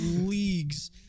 leagues